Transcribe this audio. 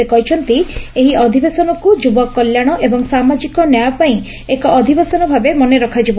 ସେ କହିଛନ୍ତି ଏହି ଅଧିବେଶନକୁ ଯୁବ କଲ୍ୟାଣ ଏବଂ ସାମାଜିକ ନ୍ୟାୟ ପାଇଁ ଏକ ଅଧିବେଶନ ଭାବେ ମନେ ରଖାଯିବ